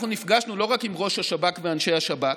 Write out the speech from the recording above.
אנחנו נפגשנו לא רק עם ראש השב"כ ואנשי השב"כ,